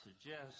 suggest